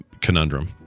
conundrum